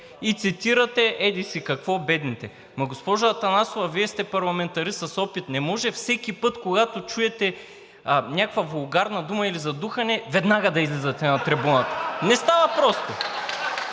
и цитирате еди-си какво „бедните“. Но, госпожо Атанасова, Вие сте парламентарист с опит. Не може всеки път, когато чуете някаква вулгарна дума или за духане, веднага да излизате на трибуната. Не става просто.